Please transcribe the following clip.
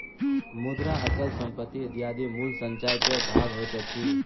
मुद्रा, अचल संपत्ति इत्यादि मूल्य संचय के भाग होइत अछि